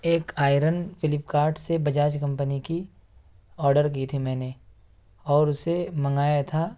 ایک iron Flipkart سے Bajaj company کی آڈر کی تھی میں نے اور اسے منگایا تھا